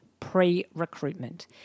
pre-recruitment